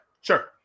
sure